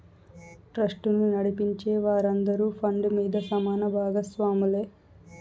ట్రస్టును నడిపించే వారందరూ ఫండ్ మీద సమాన బాగస్వాములే